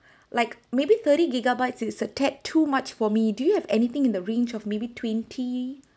like maybe thirty gigabytes is a tad too much for me do you have anything in the range of maybe twenty